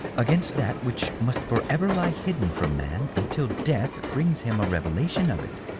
against that which must forever lie hidden from man until death brings him a revelation of it.